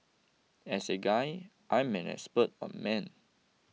as a guy I'm an expert on men